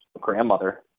grandmother